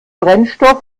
brennstoff